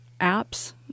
apps